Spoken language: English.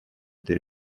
their